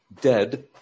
dead